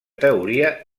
teoria